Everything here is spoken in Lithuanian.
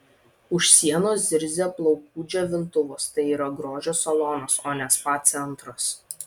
už sienos zirzia plaukų džiovintuvas tai yra grožio salonas o ne spa centras